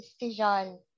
decision